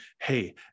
hey